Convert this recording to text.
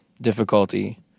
difficulty